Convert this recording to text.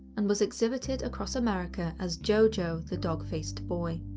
and was exhibited across america as jo-jo the dog-faced boy.